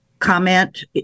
Comment